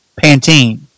Pantene